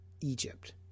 Egypt